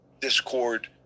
Discord